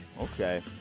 okay